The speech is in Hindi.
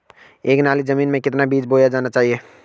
एक नाली जमीन में कितना बीज बोया जाना चाहिए?